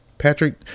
Patrick